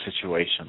situation